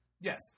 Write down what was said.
yes